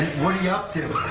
and what are you up to?